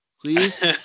please